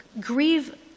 Grieve